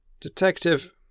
Detective